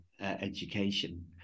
education